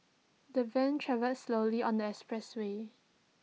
the van travelled slowly on the expressway